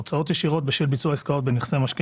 הוצאות ישירות בשל ביצוע עסקאות בנכסי משקיע